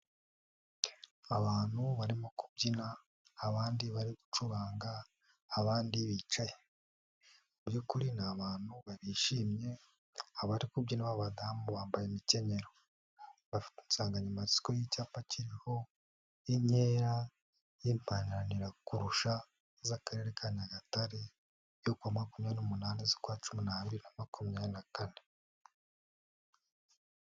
Abantu barimo kubyina, abandi bari gucuranga, abandi bicaye, mu bykuri ni abantu bishimye abari kubyina ni abadamu bambaye imikenyero, bafite insanganyamatsiko y'icyapa kiriho inkera y'imbananira kurusha z'Akarere ka Nyagatare yo ku wa 28/10/1014.